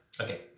Okay